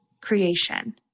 creation